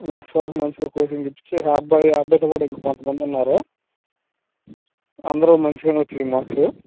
maths వరకు మంచిగా coaching ఇప్పించి ఇహ ఆ అబ్బాయి ఆ అబ్బాయితో పాటు కొంతమంది ఉన్నారు అందరూ మంచిగానే వచ్చినయి మార్క్స్